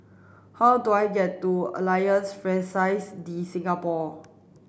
how do I get to Alliance Francaise de Singapour